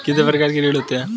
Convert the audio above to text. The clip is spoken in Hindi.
कितने प्रकार के ऋण होते हैं?